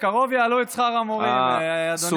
בקרוב יעלו את שכר המורים, אדוני חבר הכנסת.